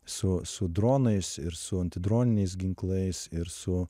su su dronais ir su antidroniniais ginklais ir su